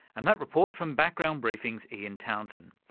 and that report from background briefing's ian townsend.